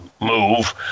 move